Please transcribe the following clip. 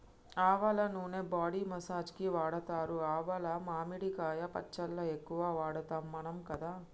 ఆవల నూనె body massage కి వాడుతారు ఆవాలు మామిడికాయ పచ్చళ్ళ ఎక్కువ వాడుతాం మనం కదా